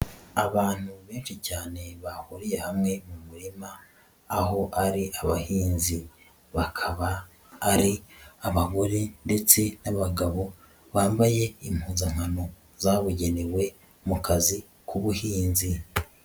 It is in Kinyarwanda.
Abantu benshi cyane bahuriye hamwe mu murima aho ari abahinzi, bakaba ari abagore ndetse n'abagabo bambaye impuzankano zabugenewe mu kazi k'ubuhinzi.